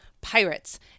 Pirates